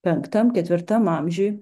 penktam ketvirtam amžiuj